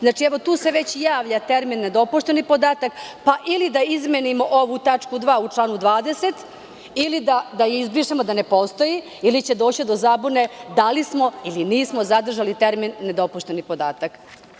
Znači, evo tu se već javlja termin „nedopušteni podatak“, pa ili da izmenimo ovu tačku 2. u članu 20. ili da je izbrišemo, da ne postoji ili će doći do zabune da li smo ili nismo zadržali termin „nedopušteni podatak“